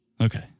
Okay